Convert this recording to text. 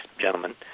gentlemen